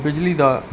ਬਿਜਲੀ ਦਾ